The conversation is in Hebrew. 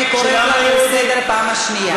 אני קוראת אותך לסדר פעם שנייה.